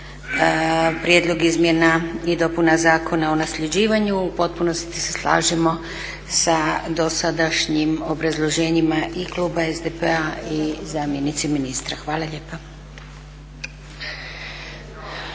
Prijedlog izmjena i dopuna Zakona o nasljeđivanju u potpunosti se slažemo sa dosadašnjim obrazloženjima i kluba SDP-a i zamjenice ministra. Hvala lijepa.